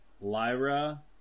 Lyra